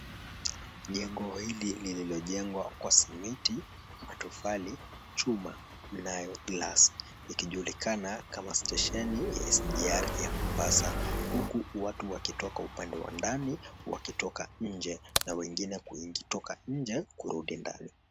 Jengo hili lililojengwa kwa simiti, matofali, chuma nayo glasi linajulikana kama stesheni ya SGR ya Mombasa huku watu wakitoka upande wa ndani wakitoka nje na wengine kutoka nje kurudi ndani.